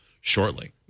shortly